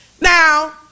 Now